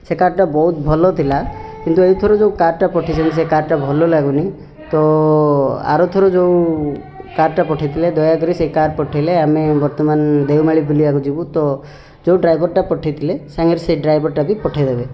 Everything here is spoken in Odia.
ସେଇ କାର୍ଟା ବହୁତ ଭଲ ଥିଲା କିନ୍ତୁ ଏଇ ଥର ଯେଉଁ କାର୍ଟା ପଠେଇଛନ୍ତି ସେଇ କାର୍ଟା ଭଲ ଲାଗୁନି ତ ଆର ଥର ଯେଉଁ କାର୍ଟା ପଠେଇଥିଲେ ଦୟାକରି ସେଇ କାର୍ ପଠେଇଲେ ଆମେ ବର୍ତ୍ତମାନ ଦେଓମାଳୀ ବୁଲିବାକୁ ଯିବୁ ତ ଯେଉଁ ଡ୍ରାଇଭର୍ଟା ପଠେଇଥିଲେ ସାଙ୍ଗର ସେଇ ଡ୍ରାଇଭର୍ଟା ବି ପଠେଇଦେବେ